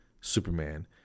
Superman